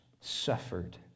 suffered